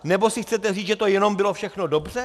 Nebo si chcete říct, že to jenom bylo všechno dobře?